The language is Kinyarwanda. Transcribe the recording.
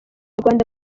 rwanda